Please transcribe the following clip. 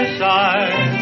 side